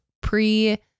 pre